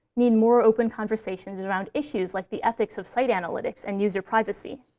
need more open conversations around issues like the ethics of site analytics and user privacy.